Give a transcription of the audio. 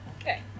okay